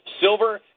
Silver